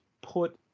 put